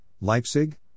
Leipzig